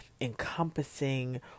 encompassing